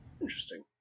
interesting